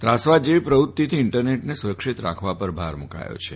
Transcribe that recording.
ત્રાસવાદ જેવી પ્રવૃત્તિથી ઈન્ટરનેટને સુરક્ષીત રાખવા પર ભાર મૂકવામાં આવ્યો છે